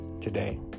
today